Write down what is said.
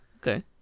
Okay